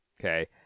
okay